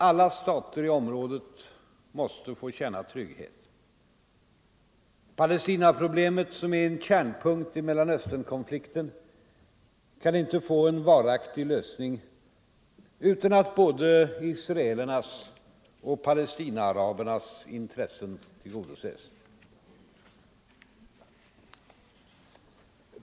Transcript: Alla stater i området måste få känna trygghet. Palestinaproblemet, som är en kärnpunkt i Mellanösternkonflikten, kan inte få en varaktig lösning utan att både israelernas och palestinaarabernas intressen tillgodoses.